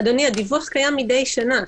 אדוני, הדיווח קיים מידי שנה.